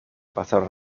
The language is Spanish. pasaron